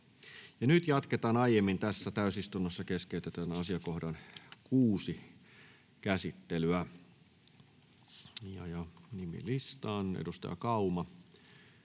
Nyt jatketaan aiemmin tässä täysistunnossa keskeytetyn asiakohdan 6 käsittelyä. Nimilistaan. — Edustaja Kauma